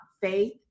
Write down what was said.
faith